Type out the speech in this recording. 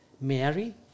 Mary